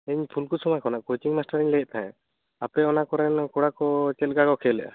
ᱤᱧ ᱯᱷᱩᱞᱠᱩᱥᱢᱟᱹ ᱠᱷᱚᱱᱟ ᱠᱳᱪᱤᱝ ᱢᱟᱥᱴᱟᱨᱤᱧ ᱞᱟᱹᱭᱮᱫ ᱛᱟᱦᱮᱸ ᱟᱯᱮ ᱚᱱᱟ ᱠᱚᱨᱮᱱ ᱠᱚᱲᱟ ᱠᱚ ᱪᱮᱫ ᱞᱮᱠᱟ ᱠᱚ ᱠᱷᱮᱞᱮᱜᱟ